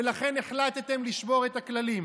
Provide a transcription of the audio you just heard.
ולכן החלטתם לשבור את הכללים?